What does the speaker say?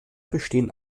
bestehen